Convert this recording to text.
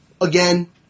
again